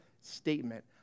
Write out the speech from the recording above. statement